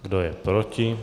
Kdo je proti?